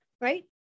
right